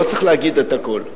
לא צריך להגיד את הכול.